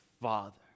Father